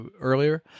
earlier